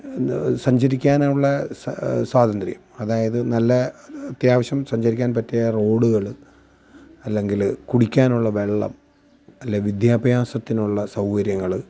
പിന്നെ സഞ്ചരിക്കാനുള്ള സ്വാതന്ത്ര്യം അതായത് നല്ല അത്യാവശ്യം സഞ്ചരിക്കാൻ പറ്റിയ റോഡുകൾ അല്ലെങ്കിൽ കുടിക്കാനുള്ള വെള്ളം അല്ലെങ്കിൽ വിദ്യാഭ്യാസത്തിനുള്ള സൗകര്യങ്ങൾ